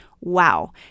Wow